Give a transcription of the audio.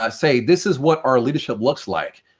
ah say this is what our leadership looks like.